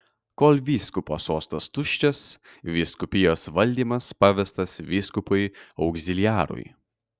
kol vyskupo sostas tuščias vyskupijos valdymas pavestas vyskupui augziliarui